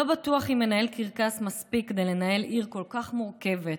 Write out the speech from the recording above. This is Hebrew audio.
לא בטוח אם מנהל קרקס מספיק כדי לנהל עיר כל כך מורכבת,